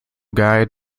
guide